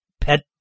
pet